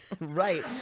Right